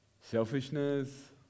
selfishness